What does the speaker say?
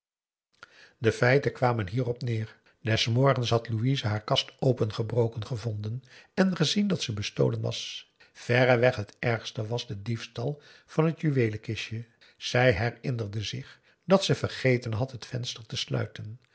de feiten kwamen hierop neer des morgens had louise haar kast opengebroken gevonden en gezien dat ze bestolen was verreweg het ergste was de diefstal van het juweelenkistje zij herinnerde zich dat ze vergeten had het venster te sluiten